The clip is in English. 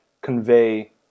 convey